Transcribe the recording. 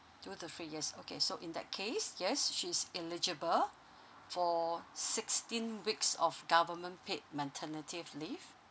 two to three years okay so in that case yes she's eligible for sixteen weeks of government paid maternity leave